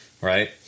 Right